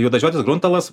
juodažiotis gruntalas